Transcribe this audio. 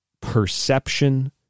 perception